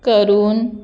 करून